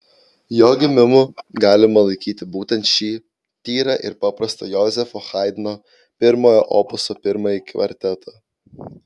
jo gimimu galima laikyti būtent šį tyrą ir paprastą jozefo haidno pirmojo opuso pirmąjį kvartetą